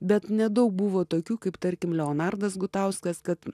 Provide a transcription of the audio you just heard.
bet nedaug buvo tokių kaip tarkim leonardas gutauskas kad